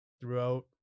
throughout